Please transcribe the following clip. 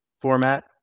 format